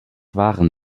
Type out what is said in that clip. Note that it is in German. waren